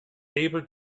able